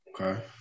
Okay